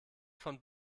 von